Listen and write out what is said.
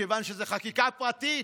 מכיוון שזו חקיקה פרטית,